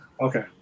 Okay